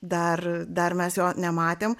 dar dar mes jo nematėm